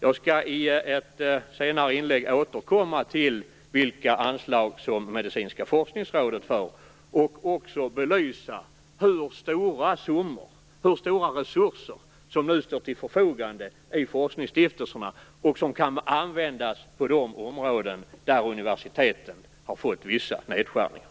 Jag skall i ett senare inlägg återkomma till vilka anslag som Medicinska forskningsrådet får och också belysa hur stora resurser som nu står till förfogande i forskningsstiftelserna och som kan användas på de områden där universiteten har drabbats av vissa nedskärningar.